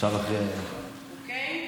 אוקיי?